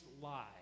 lie